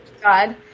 God